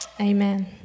Amen